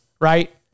right